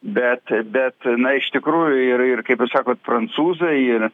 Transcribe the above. bet bet iš tikrųjų ir ir kaip jūs sakot prancūzai ir